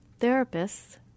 Therapists